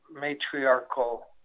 matriarchal